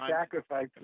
sacrifice